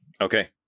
okay